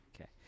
Okay